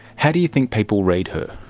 how do you think people read her?